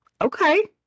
okay